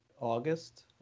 August